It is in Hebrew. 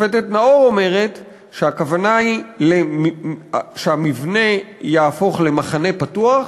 השופטת נאור אומרת שהכוונה היא שהמבנה יהפוך למחנה פתוח,